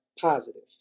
positive